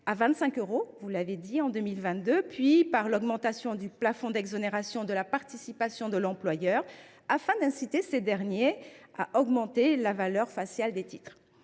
à 25 euros en 2022, puis par l’augmentation du plafond d’exonération de la participation de l’employeur, afin d’inciter ces derniers à augmenter la valeur faciale des titres.